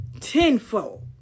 tenfold